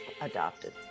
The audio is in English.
adopted